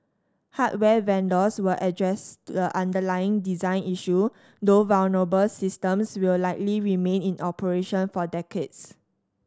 hardware vendors will address the underlying design issue though vulnerable systems will likely remain in operation for decades